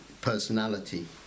personality